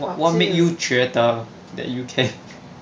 what made you 觉得 that you can